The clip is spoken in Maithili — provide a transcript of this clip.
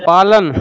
पालन